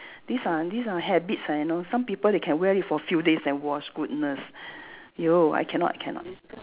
these are these are habits ah you know some people they can wear it for a few days then wash goodness !aiyo! I cannot cannot